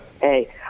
hey